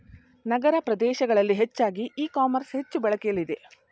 ನಗರ ಪ್ರದೇಶಗಳಲ್ಲಿ ಹೆಚ್ಚಾಗಿ e commerce ಹೆಚ್ಚು ಬಳಕೆಲಿದೆ